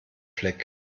fleck